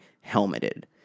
helmeted